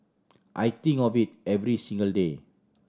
I think of it every single day